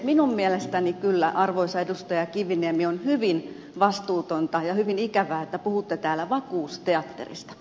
minun mielestäni kyllä arvoisa edustaja kiviniemi on hyvin vastuutonta ja hyvin ikävää että puhutte täällä vakuusteatterista